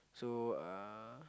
so uh